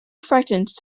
frightened